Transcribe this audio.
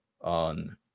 on